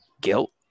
guilt